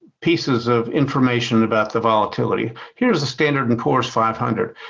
pieces of information about the volatility. here's the standard and poor's five hundred.